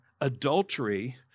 adultery